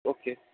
okay